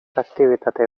aktibitate